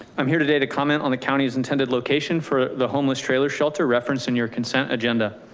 i'm here today to comment on the county's intended location for the homeless trailer shelter referenced in your consent agenda.